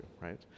right